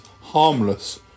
harmless